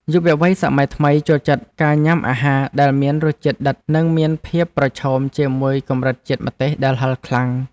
យុវវ័យសម័យថ្មីចូលចិត្តការញ៉ាំអាហារដែលមានរសជាតិដិតនិងមានភាពប្រឈមជាមួយកម្រិតជាតិម្ទេសដែលហឹរខ្លាំង។